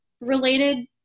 related